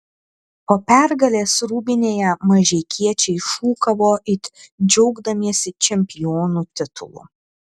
po pergalės rūbinėje mažeikiečiai šūkavo it džiaugdamiesi čempionų titulu